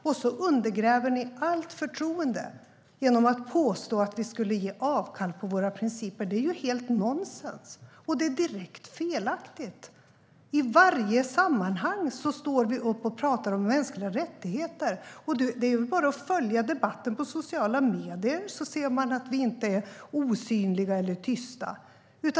Sedan undergräver ni allt förtroende genom att påstå att vi skulle ge avkall på våra principer. Det är helt nonsens, och det är direkt felaktigt. I varje sammanhang står vi upp och talar om mänskliga rättigheter. Det är bara att följa debatten i sociala medier, så ser man att vi inte är osynliga eller tysta.